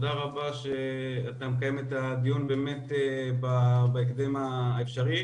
תודה רבה שאתה מקיים את הדיון, באמת בהקדם האפשרי,